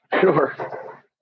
Sure